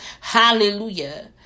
Hallelujah